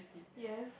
yes